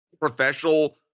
professional